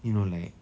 you know like